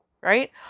right